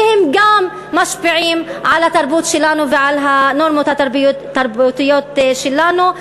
שהם גם משפיעים על התרבות שלנו ועל הנורמות התרבותיות שלנו.